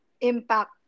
impact